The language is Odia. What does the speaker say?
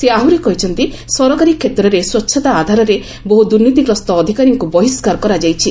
ସେ ଆହୁରି କହିଛନ୍ତି ସରକାରୀ କ୍ଷେତ୍ରରେ ସ୍ୱଚ୍ଚତା ଆଧାରରେ ବହୁ ଦୁର୍ନୀତିଗ୍ରସ୍ତ ଅଧିକାରୀଙ୍କୁ ବହିଷ୍କାର କରାଯାଇଛି